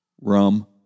Rum